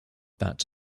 that